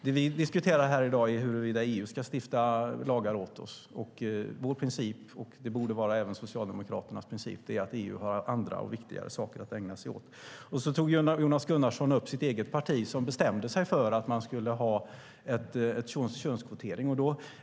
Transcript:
Det vi diskuterar här i dag är huruvida EU ska stifta lagar åt oss. Vår princip - som borde vara även Socialdemokraternas princip - är att EU har andra, viktigare saker att ägna sig åt. Jonas Gunnarsson tog upp sitt eget parti, som bestämde sig för att ha könskvotering.